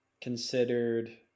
considered